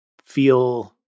feel